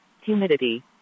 Humidity